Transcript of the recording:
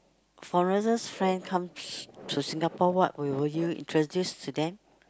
foreigners friend comes to Singapore what will would you introduce to them